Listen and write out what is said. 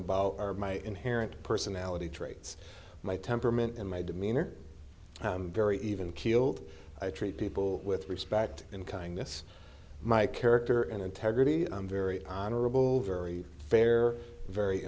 about are my inherent personality traits my temperament and my demeanor very even keeled i treat people with respect and kindness my character and integrity i'm very honorable very fair very